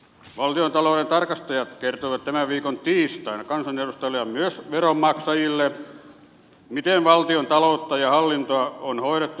valtiontalouden tarkastajat kertoivat tämän viikon tiistaina kansanedustajille ja myös veronmaksajille miten valtiontaloutta ja hallintoa on hoidettu viime vuonna